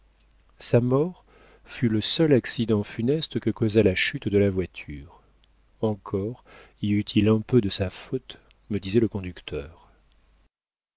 sa mort fut le seul accident funeste que causa la chute de la voiture encore y eut-il un peu de sa faute me disait le conducteur